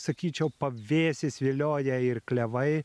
sakyčiau pavėsis vilioja ir klevai